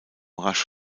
rasch